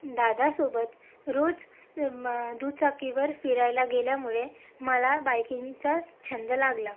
दादासोबत रोज दुचाकीवर फिरायला गेल्यामुळे मला बाईकिंगचा छंद लागला